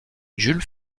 jules